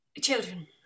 Children